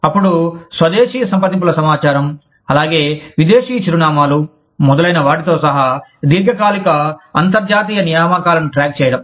అప్పుడు స్వదేశీ సంప్రదింపుల సమాచారం అలాగే విదేశీ చిరునామాలు మొదలైన వాటితో సహా దీర్ఘకాలిక అంతర్జాతీయ నియామకాలను ట్రాక్ చేయడం